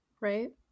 right